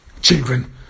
children